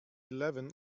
eleven